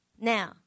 Now